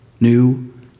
New